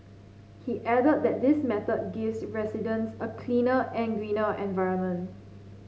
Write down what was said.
he added that this method gives residents a cleaner and greener environment